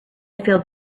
filled